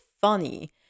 funny